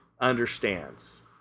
understands